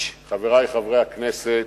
חברי חברי הכנסת,